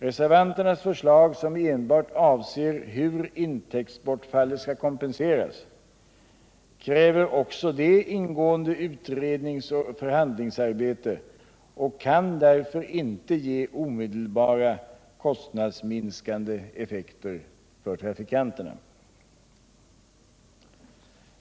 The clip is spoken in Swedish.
Reservanternas förslag, som enbart avser hur intäktsbortfallet skall kompenseras, kräver också det ingående utredningsoch förhandlingsarbete och kan därför inte ge omedelbara kostnadsminskande effekter för trafikanterna.